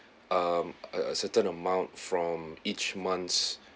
um a certain amount from each month's